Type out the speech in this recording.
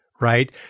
right